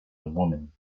woman